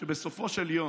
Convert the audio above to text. שבסופו של יום,